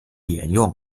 沿用